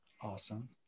Awesome